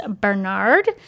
Bernard